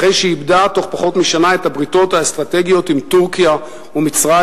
אחרי שאיבדה בתוך פחות משנה את הבריתות האסטרטגיות עם טורקיה ומצרים,